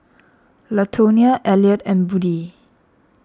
Latonia Eliot and Buddie